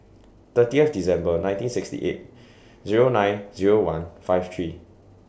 thirtieth December nineteen sixty eight Zero nine Zero one five three